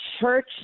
church